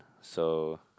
so